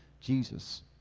Jesus